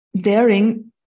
daring